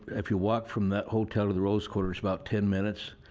if you walk from that hotel to the rose quarter it's about ten minutes.